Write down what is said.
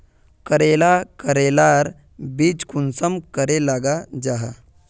करेला करेलार बीज कुंसम करे लगा जाहा?